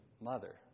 mother